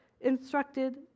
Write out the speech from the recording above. instructed